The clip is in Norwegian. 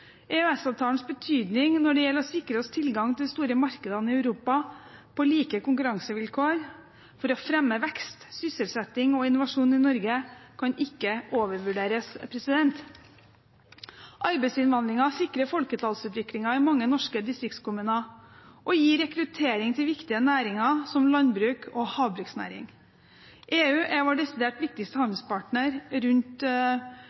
EØS-avtalens betydning når det gjelder å sikre oss tilgang til de store markedene i Europa på like konkurransevilkår, for å fremme vekst, sysselsetting og innovasjon i Norge, kan ikke overvurderes. Arbeidsinnvandringen sikrer folketallsutviklingen i mange norske distriktskommuner og gir rekruttering til viktige næringer som landbruk og havbruksnæring. EU er vår desidert viktigste